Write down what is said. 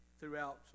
throughout